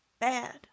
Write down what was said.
bad